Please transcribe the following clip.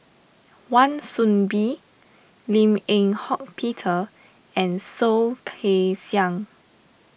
Wan Soon Bee Lim Eng Hock Peter and Soh Kay Siang